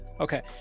Okay